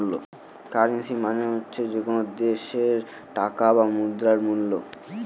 currency মানে হচ্ছে যে কোনো দেশের টাকা বা মুদ্রার মুল্য